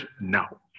now